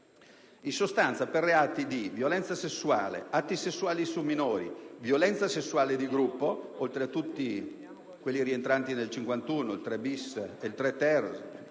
In sostanza, per reati di violenza sessuale, atti sessuali su minori, violenza sessuale di gruppo, oltre a tutti quelli rientranti nell'articolo 51,